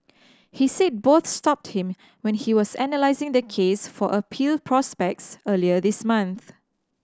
he said both stopped him when he was analysing their case for appeal prospects earlier this month